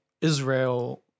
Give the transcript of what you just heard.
Israel